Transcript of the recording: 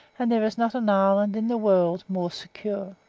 and there is not an island in the world more secure.